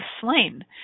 slain